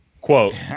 quote